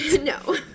No